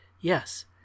Yes